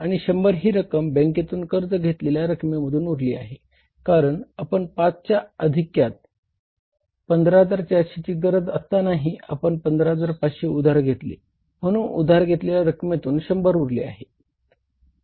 आपण 5000 ही रक्कम सुरक्षित साठा 15400 ची गरज असताना आपण 15500 उधार घेतले म्हणून उधार घेतलेल्या रक्कमेतून 100 उरले आहे